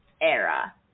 era